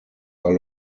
are